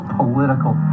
political